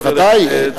ודאי.